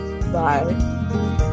bye